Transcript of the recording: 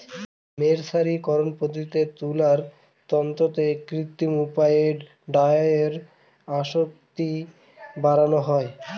মের্সারিকরন পদ্ধতিতে তুলার তন্তুতে কৃত্রিম উপায়ে ডাইয়ের আসক্তি বাড়ানো হয়